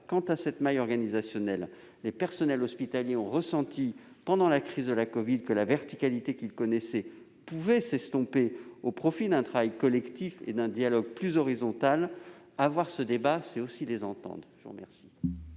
quant à cette maille organisationnelle. Les personnels hospitaliers ont ressenti pendant la crise de la covid que la verticalité qu'il connaissait pouvait s'estomper au profit d'un travail collectif et d'un dialogue plus horizontal. Avoir ce débat, c'est aussi les entendre. L'amendement